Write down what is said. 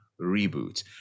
reboot